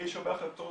יש הרבה החלטות